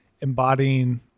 embodying